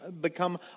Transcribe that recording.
become